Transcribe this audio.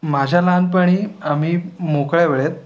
माझ्या लहानपणी आम्ही मोकळ्या वेळेत